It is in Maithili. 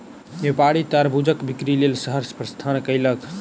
व्यापारी तरबूजक बिक्री लेल शहर प्रस्थान कयलक